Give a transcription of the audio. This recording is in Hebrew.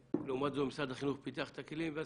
לעומת זאת משרד החינוך פיתח את הכלים ואני